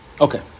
Okay